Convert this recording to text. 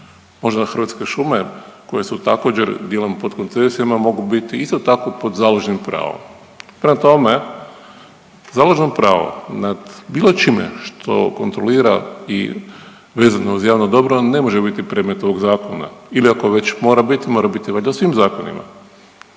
možda na hrvatske šume koje su također, dijelom pod koncesijama, a mogu biti isto tako, pod založnim pravom. Prema tome, založno pravo nad bilo čime što kontrolira i vezano je uz javno dobro, ne može biti predmet ovog Zakona ili ako već mora bit, mora bit valjda u svim zakonima.